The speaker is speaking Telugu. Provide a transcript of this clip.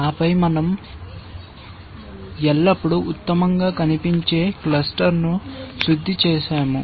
ఆపై మన০ ఎల్లప్పుడూ ఉత్తమంగా కనిపించే క్లస్టర్ను శుద్ధి చేసాము